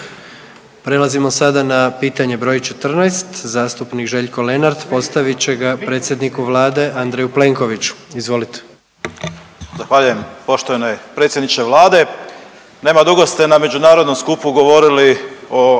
Prelazimo sada na pitanje broj 14 zastupnik Željko Lenart postavit će ga predsjedniku vlade Andreju Plenkoviću. Izvolite. **Lenart, Željko (HSS)** Zahvaljujem. Poštovani predsjedniče vlade nema dugo ste na međunarodnom skupu govorili o